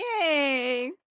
Yay